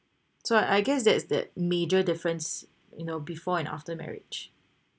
so I guess that's that major difference you know before and after marriage